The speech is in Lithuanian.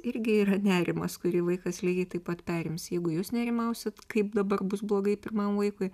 irgi yra nerimas kurį vaikas lygiai taip pat perims jeigu jūs nerimausit kaip dabar bus blogai pirmam vaikui